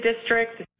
district